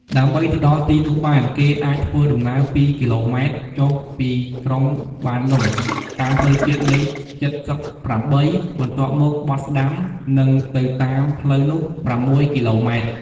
ដើម្បីទៅដល់ទីនោះបាន គេអាចធ្វើដំណើរពីរគីឡូម៉ែត្រចុះពីក្រុងបានលុងតាមផ្លូវជាតិលេខចិតសិបប្រាំបី បន្ទាប់មកបត់ស្ដាំ និងទៅតាមផ្លូវនោះប្រាំមួយគីឡូម៉ែត្រ។